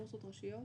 בורסות ראשיות,